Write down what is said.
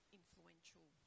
influential